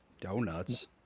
Donuts